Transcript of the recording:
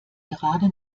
gerade